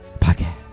Podcast